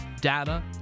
data